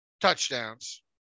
touchdowns